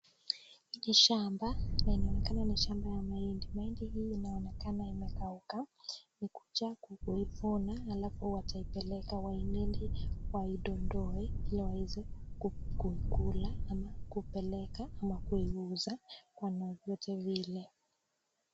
Ni shamba , inaonekana ni shamba ya mahindi. Mahindi inaonekana imekauka, ni kukuja kuivuna alafu wataipeleka waende waidondoe ili waweze kuikula ama kuipeleka ama kuiuza kwa na vyote vile.